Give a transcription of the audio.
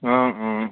অঁ অঁ